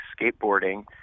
skateboarding